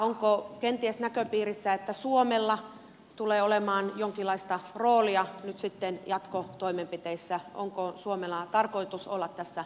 onko kenties näköpiirissä että suomella tulee olemaan jonkinlaista roolia nyt sitten jatkotoimenpiteissä onko suomella tarkoitus olla tässä aktiivisesti mukana